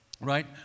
right